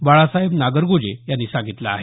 बाळासाहेब नागरगोजे यांनी सांगितलं आहे